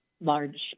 large